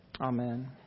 Amen